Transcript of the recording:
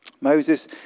Moses